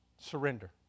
Surrender